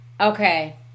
Okay